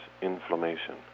inflammation